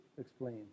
explain